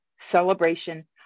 celebration